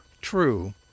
true